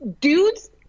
dudes